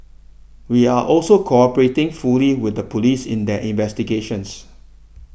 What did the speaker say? we are also cooperating fully with the police in their investigations